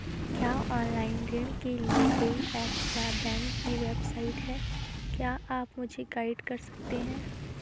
क्या ऑनलाइन ऋण के लिए कोई ऐप या बैंक की वेबसाइट है क्या आप मुझे गाइड कर सकते हैं?